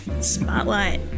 Spotlight